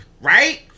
right